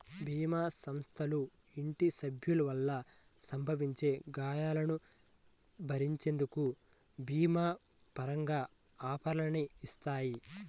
భీమా సంస్థలు ఇంటి సభ్యుల వల్ల సంభవించే గాయాలను భరించేందుకు భీమా పరంగా ఆఫర్లని ఇత్తాయి